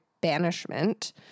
banishment